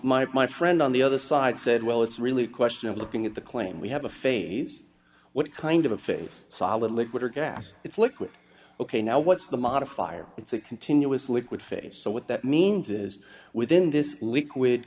my my friend on the other side said well it's really a question of looking at the claim we have a phase what kind of a phase solid liquid or gas it's liquid ok now what's the modifier it's a continuous liquid phase so what that means is within this liquid